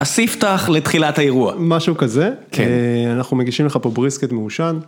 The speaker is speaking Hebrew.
הספתח לתחילת האירוע. משהו כזה? כן. אנחנו מגישים לך פה בריסקט מעושן.